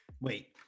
Wait